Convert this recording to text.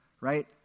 Right